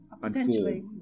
potentially